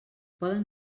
poden